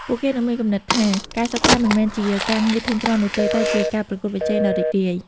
ពួកគេនឹងមានគំនិតថា ការសិក្សាមិនមែនជាការងារធុញទ្រាន់នោះទេ តែជាការប្រកួតប្រជែងដ៏រីករាយ។